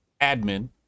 admin